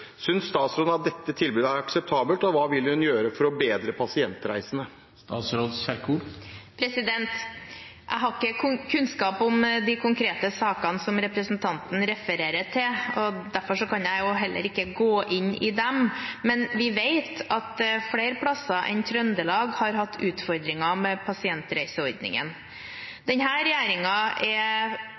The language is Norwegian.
Synes statsråden at dette tilbudet er akseptabelt, og hva vil hun gjøre for å bedre pasientreisene?» Jeg har ikke kunnskap om de konkrete sakene som representanten refererer til. Derfor kan jeg heller ikke gå inn i dem. Men vi vet at flere steder enn Trøndelag har hatt utfordringer med pasientreiseordningen. Denne regjeringen er